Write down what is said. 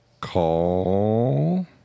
call